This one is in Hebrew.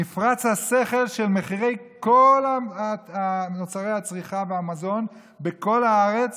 נפרץ הסכר של מחירי כל מוצרי הצריכה והמזון בכל הארץ